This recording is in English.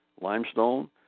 limestone